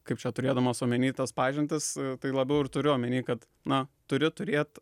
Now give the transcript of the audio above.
kaip čia turėdamas omeny tas pažintis tai labiau ir turiu omeny kad na turi turėt